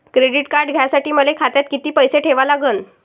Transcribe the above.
Credit card घ्यासाठी मले खात्यात किती पैसे ठेवा लागन?